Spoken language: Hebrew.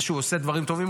זה שהוא עושה דברים טובים,